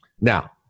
Now